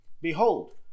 Behold